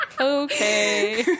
Okay